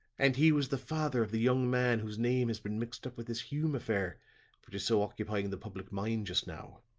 and he was the father of the young man whose name has been mixed up with this hume affair which is so occupying the public mind just now.